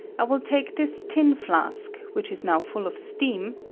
i will take this tin flask, which is now full of steam,